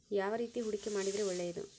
ಯಾವ ರೇತಿ ಹೂಡಿಕೆ ಮಾಡಿದ್ರೆ ಒಳ್ಳೆಯದು?